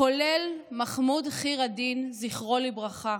כולל מחמוד ח'יר א-דין, זכרו לברכה,